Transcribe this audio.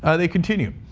ah they continue.